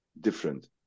different